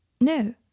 No